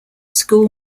school